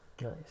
Nice